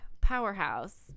powerhouse